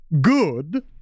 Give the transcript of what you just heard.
good